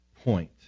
point